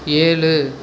ஏழு